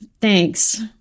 Thanks